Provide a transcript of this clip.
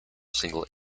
single